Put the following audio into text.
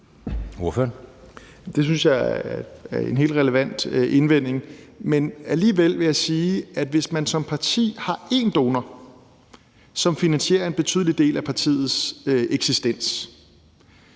Det synes jeg er en helt relevant indvending. Men alligevel vil jeg sige, at hvis man som parti har én donor, som finansierer en betydelig del af partiets eksistens,